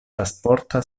pasporta